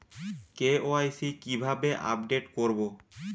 KYC কিভাবে update করব?